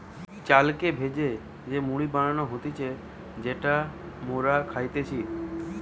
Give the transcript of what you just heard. চালকে ভেজে যে মুড়ি বানানো হতিছে যেটা মোরা খাইতেছি